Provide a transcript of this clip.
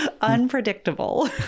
Unpredictable